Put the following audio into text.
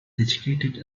educated